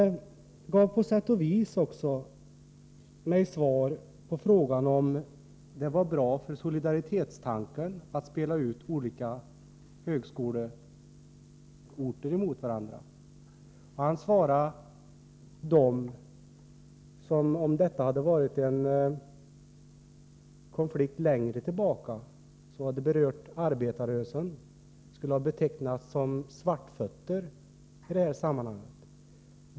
På sätt och vis gav Georg Andersson mig svar på frågan om det var bra för solidaritetstanken att spela ut olika högskoleorter mot varandra. Han svarade att de, om detta hade varit en konflikt längre tillbaka som hade berört arbetarrörelsen, skulle ha betecknats såsom svartfötter i detta sammanhang.